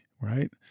right